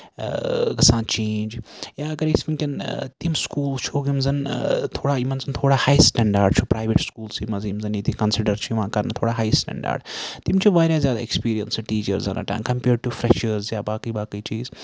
گژھان چینج یا اَگر أسۍ وٕنکیٚن تِم سکوٗل وٕچھوکھ یِم زَن تھوڑا یِمن زَن تھوڑا ہاے سٹنڈاڈ چھُ پرایویٹ سکوٗلسٕے منٛز یِم زَن ییٚتِکۍ کَنسِڈر چھِ یِوان کرنہٕ تھوڑا ہاے سٹینڈاڈ تِم چھِ واریاہ زیادٕ اٮ۪کںسپیٖرینسٕڈ ٹیٖچٲرزَن رَٹان کَمپِیٲڑ ٹُو فریشٲرٕس یا باقٕے باقٕے چیٖز